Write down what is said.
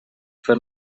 fer